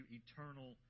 eternal